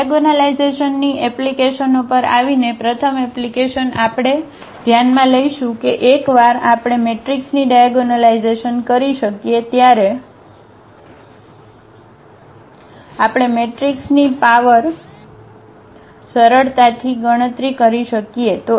હવે ડાયાગોનલાઇઝેશનની એપ્લિકેશનો પર આવીને પ્રથમ એપ્લિકેશન આપણે ધ્યાનમાં લઈશું કે એકવાર આપણે મેટ્રિક્સની ડાયાગોનલાઇઝેશન કરી શકીએ ત્યારે આપણે મેટ્રિક્સની પાવરની સરળતાથી ગણતરી કરી શકીએ